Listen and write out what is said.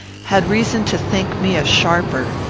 had reason to think me a sharper,